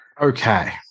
Okay